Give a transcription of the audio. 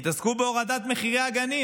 תתעסקו בהורדת מחירי הגנים.